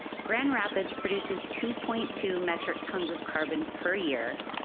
grand rapids produces two point two metric tons of carbon per year,